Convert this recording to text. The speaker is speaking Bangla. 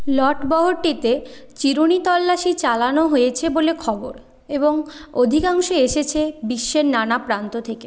লটবহরটিতে চিরুণি তল্লাশি চালানো হয়েছে বলে খবর এবং অধিকাংশ এসেছে বিশ্বের নানা প্রান্ত থেকে